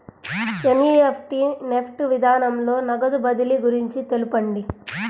NEFT NEFT విధానంలో నగదు బదిలీ గురించి తెలుపండి?